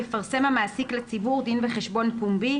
יפרסם המעסיק לציבור דין וחשבון פומבי,